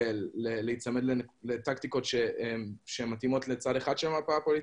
זה מתוך בורות.